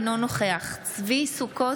אינו נוכח צבי ידידיה סוכות,